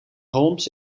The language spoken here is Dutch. holmes